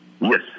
Yes